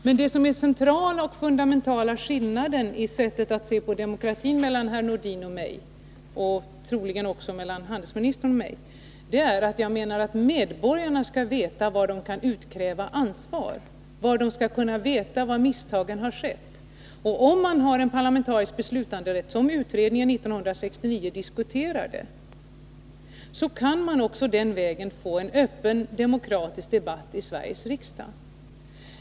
Men den centrala och fundamentala skillnaden i sättet att se på demokratin mellan herr Nordin och mig, och troligen också mellan handelsministern och mig, är att jag menar att medborgarna skall veta var de kan utkräva ansvar, var misstagen har skett. Om man har en parlamentarisk beslutanderätt, som utredningen 1969 diskuterade, kan man också den vägen få en öppen demokratisk debatt i Sveriges riksdag.